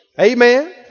Amen